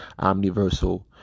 omniversal